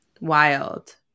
wild